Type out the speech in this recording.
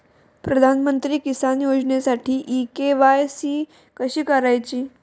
प्रधानमंत्री किसान योजनेसाठी इ के.वाय.सी कशी करायची?